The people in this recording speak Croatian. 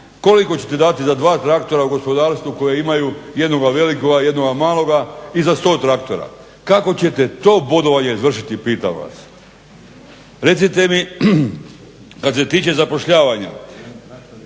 Koliko ćete dati za dva traktora u gospodarstvu koje imaju jednoga velikoga, jednoga maloga i za sto traktora? Kako ćete to bodovanje izvršiti, pitam vas? … /Upadica se ne razumije./…